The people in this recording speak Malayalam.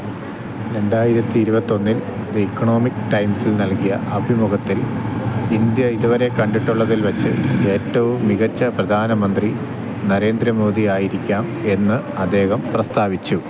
രണ്ടായിരത്തി ഇരുപത്തൊന്നിൽ ദി ഇക്കണോമിക് ടൈംസിന് നൽകിയ അഭിമുഖത്തിൽ ഇന്ത്യ ഇതുവരെ കണ്ടിട്ടുള്ളതിൽ വെച്ച് ഏറ്റവും മികച്ച പ്രധാനമന്ത്രി നരേന്ദ്ര മോദിയായിരിക്കാം എന്ന് അദ്ദേഹം പ്രസ്താവിച്ചു